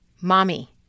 Mommy